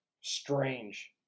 strange